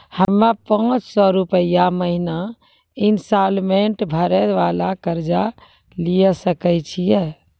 हम्मय पांच सौ रुपिया महीना इंस्टॉलमेंट भरे वाला कर्जा लिये सकय छियै?